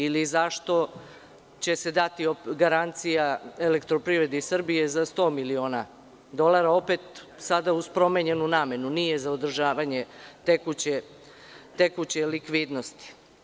Ili, zašto će se dati garancija „Elektropirivredi Srbije“ za 100 miliona dolara, opet sada uz promenjenu namenu, a nije za održavanje tekuće likvidnosti?